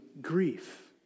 grief